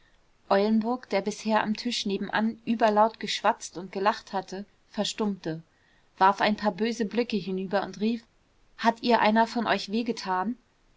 eulenburg der bisher am tisch nebenan überlaut geschwatzt und gelacht hatte verstummte warf ein paar böse blicke hinüber und rief hat ihr einer von euch weh getan